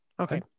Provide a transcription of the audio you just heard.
Okay